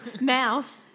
Mouth